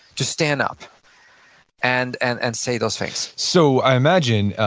to stand up and and and say those things so i imagine,